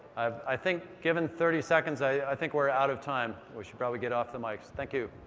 i think, given thirty seconds, i think we're out of time. we should probably get off the mikes. thank you.